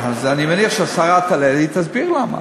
אז אני מניח שהשרה תעלה, היא תסביר למה.